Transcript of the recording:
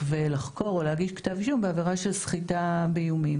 ולחקור או להגיש כתב אישום בעבירה של סחיטה באיומים.